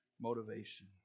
motivation